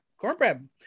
cornbread